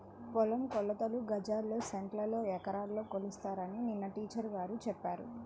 పొలం కొలతలు గజాల్లో, సెంటుల్లో, ఎకరాల్లో కొలుస్తారని నిన్న టీచర్ గారు చెప్పారు